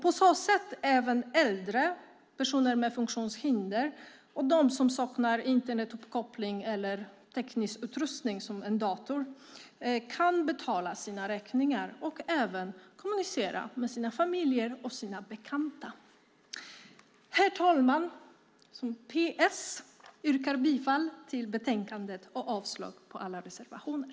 På så sätt kan även äldre, personer med funktionshinder och de som saknar Internetuppkoppling eller teknisk utrustning som dator betala sina räkningar och även kommunicera med familj och bekanta. Herr talman! P.S. Jag yrkar bifall till förslaget i betänkandet och avslag på alla reservationer.